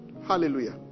Hallelujah